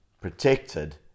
protected